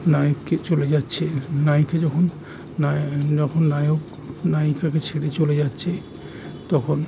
নায়ককে চলে যাচ্ছে নায়িকা যখন যখন নায়ক নায়িককে ছেড়ে চলে যাচ্ছে তখন